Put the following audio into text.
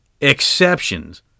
Exceptions